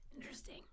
Interesting